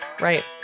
right